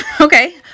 okay